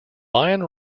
lion